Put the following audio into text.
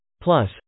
Plus